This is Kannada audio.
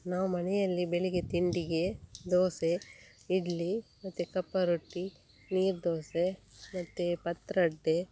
ನಾವು ಮನೆಯಲ್ಲಿ ಬೆಳಿಗ್ಗೆ ತಿಂಡಿಗೆ ದೋಸೆ ಇಡ್ಲಿ ಮತ್ತು ಕಪ್ಪ ರೊಟ್ಟಿ ನೀರು ದೋಸೆ ಮತ್ತು ಪತ್ರೊಡೆ